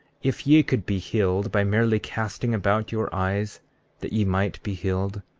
if ye could be healed by merely casting about your eyes that ye might be healed,